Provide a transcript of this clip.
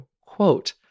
quote